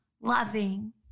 Loving